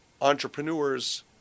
entrepreneurs